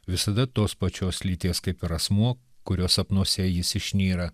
visada tos pačios lyties kaip ir asmuo kurio sapnuose jis išnyra